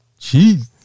Jeez